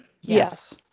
Yes